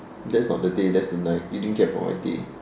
that's not the day that's the night you didn't care about my day